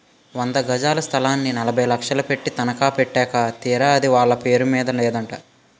వంద గజాల స్థలాన్ని నలభై లక్షలు పెట్టి తనఖా పెట్టాక తీరా అది వాళ్ళ పేరు మీద నేదట